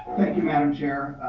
you, madam chair.